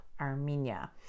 Armenia